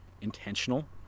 intentional